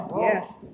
Yes